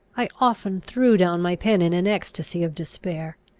i often threw down my pen in an ecstasy of despair.